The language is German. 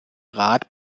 rat